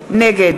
נגד